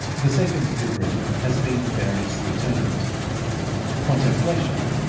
the second degree has been variously termed contemplation,